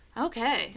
Okay